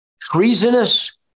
treasonous